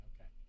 Okay